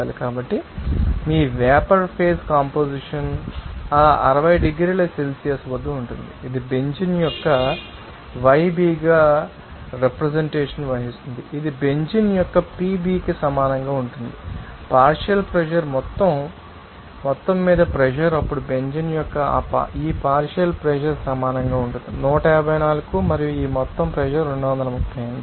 కాబట్టి మీ vapour phase composition ఆ 60 డిగ్రీల సెల్సియస్ వద్ద ఉంటుంది ఇది బెంజీన్ యొక్క YB గా రెప్రెసెంటేషన్ వహిస్తుంది ఇది బెంజీన్ యొక్క PB కి సమానంగా ఉంటుంది పార్షియల్ ప్రెషర్ మొత్తం మీద ప్రెషర్ అప్పుడు బెంజీన్ యొక్క ఈ పార్షియల్ ప్రెషర్ సమానంగా ఉంటుంది 154 కు మరియు ఈ మొత్తం ప్రెషర్ 238